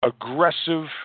aggressive